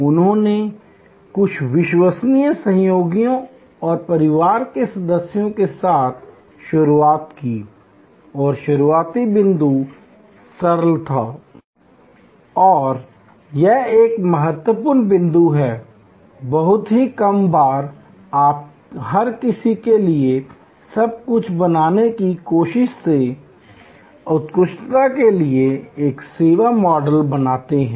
उन्होंने कुछ विश्वसनीय सहयोगियों और परिवार के सदस्यों के साथ शुरुआत की और शुरुआती बिंदु बहुत सरल था और यह एक महत्वपूर्ण बिंदु है बहुत ही कम बार आप हर किसी के लिए सब कुछ बनने की कोशिश में उत्कृष्टता के लिए एक सेवा मॉडल बनाते हैं